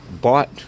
bought